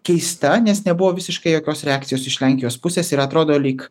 keista nes nebuvo visiškai jokios reakcijos iš lenkijos pusės ir atrodo lyg